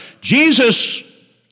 Jesus